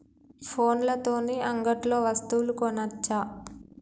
ఫోన్ల తోని అంగట్లో వస్తువులు కొనచ్చా?